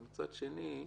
אבל מצד שני,